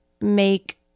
make